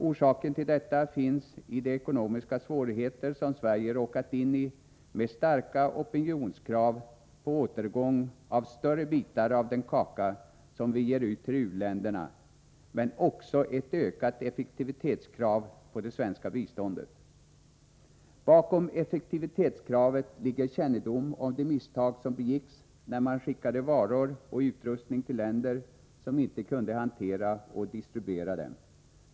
Orsaken till detta finns i de ekonomiska svårigheter som Sverige råkat in i - med starka opinionskrav att återfå större bitar av den kaka som vi ger ut till u-länderna — men också ett ökat effektivitetskrav på det svenska biståndet. Bakom effektivitetskravet ligger kännedom om de misstag som begicks när man skickade varor och utrustning till länder som inte kunde hantera och distribuera dem.